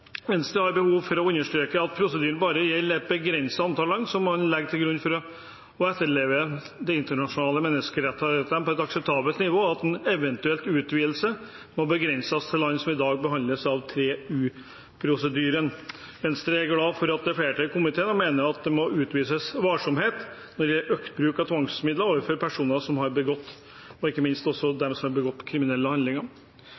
Venstre har behov for å understreke at prosedyren bare gjelder et begrenset antall land som man legger til grunn etterlever de internasjonale menneskerettighetene på et akseptabelt nivå, og at en eventuell utvidelse må begrenses til land som i dag behandles i 3U-prosedyre. Venstre er glad for at det er flertall i komiteen, og mener at det må utvises varsomhet når det gjelder økt bruk av tvangsmidler overfor personer som har begått kriminelle handlinger. Flertallet er også